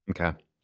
Okay